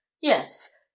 Yes